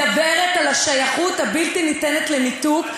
מדברת על השייכות הבלתי-ניתנת לניתוק,